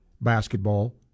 basketball